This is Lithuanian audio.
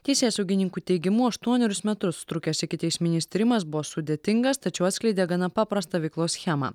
teisėsaugininkų teigimu aštuonerius metus trukęs ikiteisminis tyrimas buvo sudėtingas tačiau atskleidė gana paprastą veiklos schemą